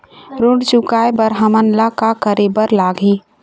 ऋण चुकाए बर हमन ला का करे बर लगही?